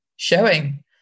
showing